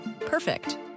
Perfect